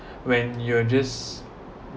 when you're just